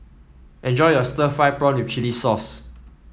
enjoy your Stir Fried Prawn with Chili Sauce